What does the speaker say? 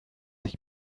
ich